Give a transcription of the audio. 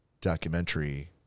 documentary